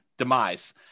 demise